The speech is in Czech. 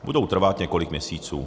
Budou trvat několik měsíců.